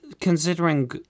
considering